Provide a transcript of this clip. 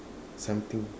something